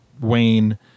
Wayne